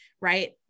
right